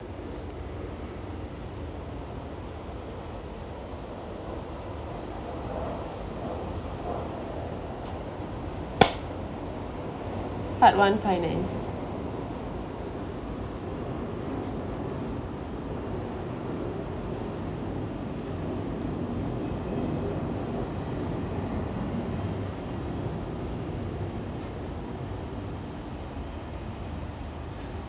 part one finance